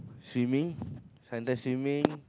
swimming sometime swimming